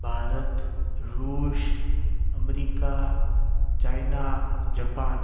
India Russia America China Japan